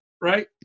Right